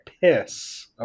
piss